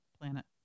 planet